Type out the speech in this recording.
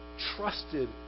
trusted